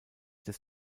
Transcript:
des